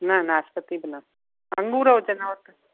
न नासपती बि न अंगूर हुजनव त